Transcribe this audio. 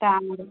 താമര